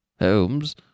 Holmes